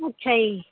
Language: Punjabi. ਅੱਛਾ ਜੀ